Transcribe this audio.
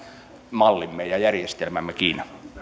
mallimme ja järjestelmämmekin